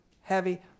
heavy